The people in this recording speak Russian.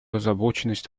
озабоченность